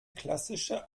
klassische